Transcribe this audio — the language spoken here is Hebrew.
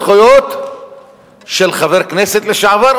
איך לגנוב זכויות של חבר כנסת לשעבר,